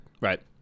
Right